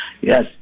Yes